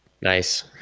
Nice